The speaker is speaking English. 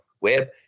web